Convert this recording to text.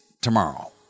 tomorrow